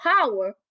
power